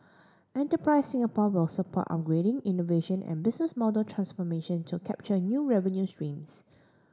Enterprise Singapore will support upgrading innovation and business model transformation to capture new revenue streams